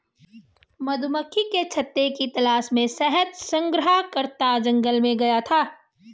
मधुमक्खी के छत्ते की तलाश में शहद संग्रहकर्ता जंगल में गया था